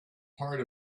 part